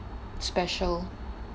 special